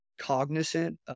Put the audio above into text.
cognizant